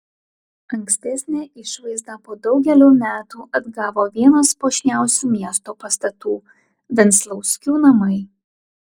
ankstesnę išvaizdą po daugelio metų atgavo vienas puošniausių miesto pastatų venclauskių namai